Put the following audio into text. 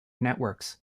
networks